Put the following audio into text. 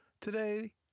Today